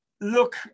look